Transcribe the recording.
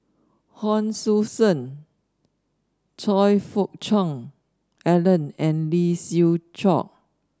Hon Sui Sen Choe Fook Cheong Alan and Lee Siew Choh